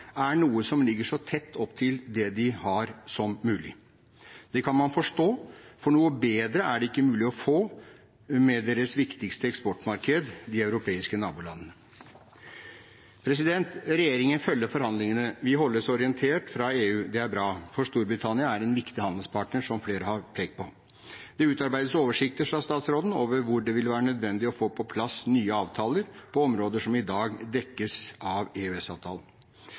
er noe som ligger så tett opp til det de har, som mulig. Det kan man forstå, for noe bedre er det ikke mulig å få med deres viktigste eksportmarked, de europeiske nabolandene. Regjeringen følger forhandlingene. Vi holdes orientert fra EU. Det er bra, for Storbritannia er en viktig handelspartner, som flere har pekt på. Det utarbeides oversikter, sa statsråden, over hvor det vil være nødvendig å få på plass nye avtaler på områder som i dag dekkes av